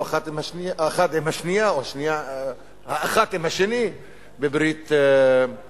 אחד עם השנייה או האחת עם השני בברית נישואין,